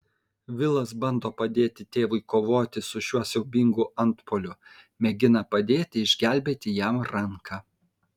vilas bando padėti tėvui kovoti su šiuo siaubingu antpuoliu mėgina padėti išgelbėti jam ranką